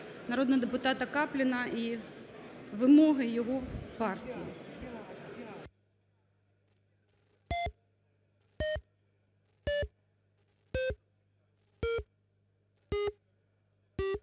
народного депутата Капліна і вимоги його партії.